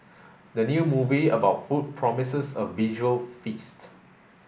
the new movie about food promises a visual feast